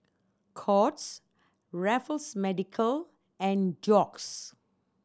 Courts Raffles Medical and Doux